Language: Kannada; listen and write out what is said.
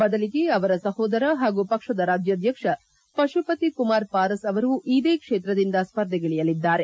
ಬದಲಿಗೆ ಅವರ ಸಹೋದರ ಹಾಗೂ ಪಕ್ಷದ ರಾಜ್ಯಾಧ್ಯಕ್ಷ ಮಹಿ ಕುಮಾರ್ ಪಾರಸ್ ಅವರು ಇದೇ ಕ್ಷೇತ್ರದಿಂದ ಸ್ಪರ್ಧಿಗಿಳಿಯಲಿದ್ದಾರೆ